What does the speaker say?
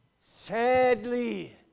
sadly